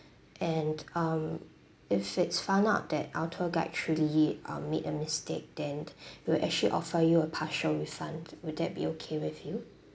and um if it's found out that our tour guide truly uh made a mistake then we'll actually offer you a partial refund will that be okay with you